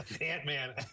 ant-man